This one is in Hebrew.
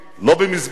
לא במסגדים.